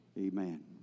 Amen